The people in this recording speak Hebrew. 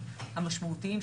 המשמעותיים,